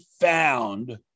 found